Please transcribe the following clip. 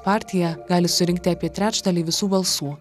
partija gali surinkti apie trečdalį visų balsų